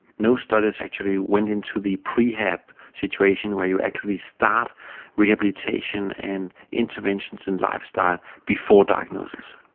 no studies actually went into the pre-hab situation where you're actually start rehabilitation and interventions in lifestyle before diagnosis.